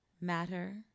matter